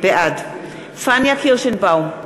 בעד פניה קירשנבאום,